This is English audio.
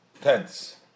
tense